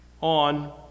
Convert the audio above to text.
on